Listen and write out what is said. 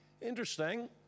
Interesting